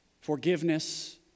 forgiveness